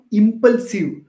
impulsive